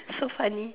so funny